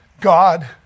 God